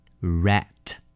Rat